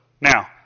Now